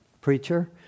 preacher